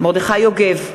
מרדכי יוגב,